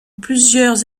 plusieurs